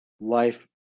life